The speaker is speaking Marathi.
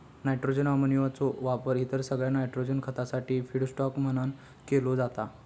नायट्रोजन अमोनियाचो वापर इतर सगळ्या नायट्रोजन खतासाठी फीडस्टॉक म्हणान केलो जाता